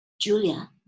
julia